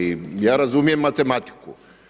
I ja razumijem matematiku.